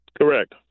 Correct